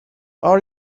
are